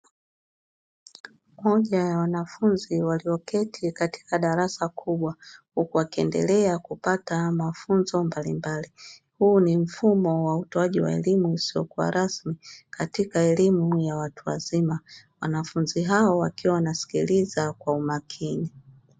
Mmoja ya wanafunzi walioketi katika darasa kubwa huku wakiendelea kupata mafunzo mbalimbali, huu ni mfumo wa utoaji wa elimu usiokuwa rasmi katika elimu ya watu wazima wanafunzi hao wakiwa wanasikiliza kwa umakini.